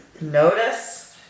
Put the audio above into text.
Notice